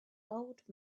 old